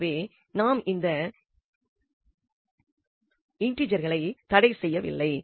எனவே இங்கு நாம் இந்த இன்டிஜெர்களை தடை செய்யவில்லை